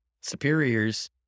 superiors